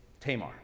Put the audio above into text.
Tamar